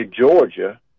Georgia